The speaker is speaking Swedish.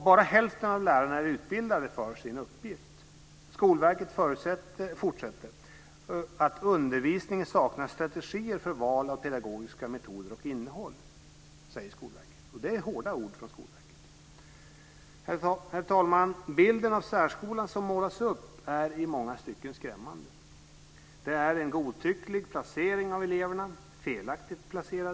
Bara hälften av lärarna är utbildade för sin uppgift. Skolverket säger att undervisningen saknar strategier för val av pedagogiska metoder och innehåll. Det är hårda ord från Skolverket. Herr talman! Bilden av särskolan som målas upp är i många stycken skrämmande. Det är en godtycklig placering av eleverna, och de är felaktigt placerade.